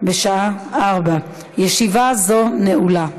בשעה 16:00. ישיבה זו נעולה.